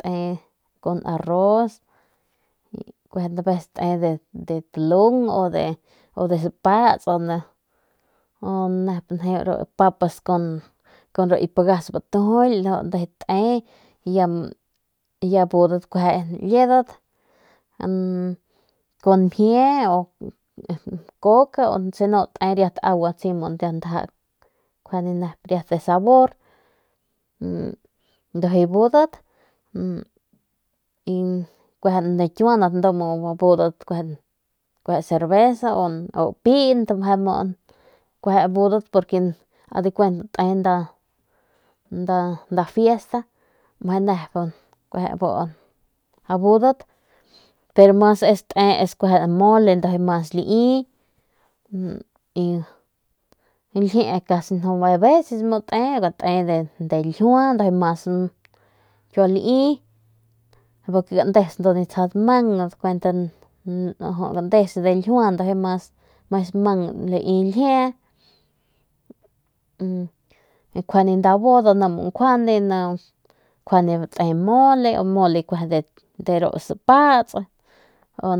te de talung u de spats nep ru papas kun ru ki pagas batujil njuy te y ya budat kueje liedat si no te agua asi ndaja kuande riat de sabor y kuje abudat y ru kiuandat abudat piint o cervezas es porque es nda fiesta y abudat mole de tspas de gpje con dpay y lijiu y ku lii daua y kjuende nkiejil y kjuernde te ya.